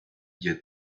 get